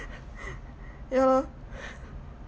ya lor